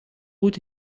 out